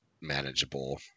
manageable